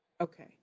okay